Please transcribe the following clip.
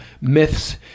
myths